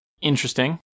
Interesting